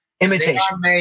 Imitation